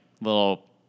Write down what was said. little